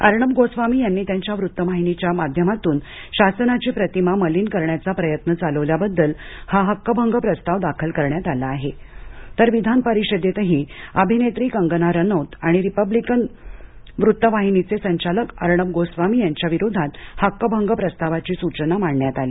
अर्णब गोस्वामी यांनी त्यांच्या वृत्तवाहिनीच्या माध्यमातून शासनाची प्रतिमा मलिन करण्याचा प्रयत्न चालवल्याबद्दल हा हक्कभंग प्रस्ताव दाखल करण्यात आला आहे तर विधान परिषदेतही अभिनेत्री कंगना रनौत आणि रिपब्लिक वृत्तवाहिनीचे संचालक अर्णब गोस्वामी यांच्या विरोधात हक्कभंग प्रस्तावाची सूचना मांडण्यात आली